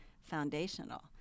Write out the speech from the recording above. foundational